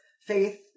Faith